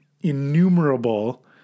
innumerable